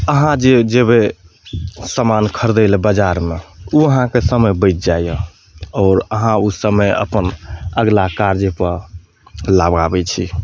अहाँ जे जेबै समान खरदैलए बजारमे अहाँके समय बैच जाइया आओर अहाँ समय अपन अगला काजमे लागाबै छी